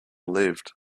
lived